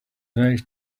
next